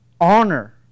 honor